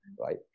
right